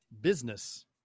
business